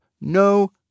No